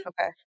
Okay